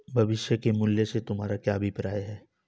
भविष्य के मूल्य से तुम्हारा क्या अभिप्राय है?